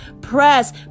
press